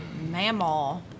mammal